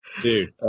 Dude